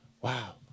wow